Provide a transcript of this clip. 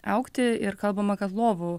augti ir kalbama kad lovų